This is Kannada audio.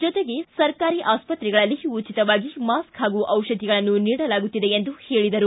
ಜೊತೆಗೆ ಸರ್ಕಾರಿ ಆಸ್ಪತ್ರೆಗಳಲ್ಲಿ ಉಚಿತವಾಗಿ ಮಾಸ್ಕ್ ಹಾಗು ದಿಷಧಿಗಳನ್ನು ನೀಡಲಾಗುತ್ತಿದೆ ಎಂದು ಹೇಳಿದರು